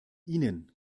ihnen